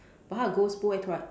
but 他的 ghost 不会突然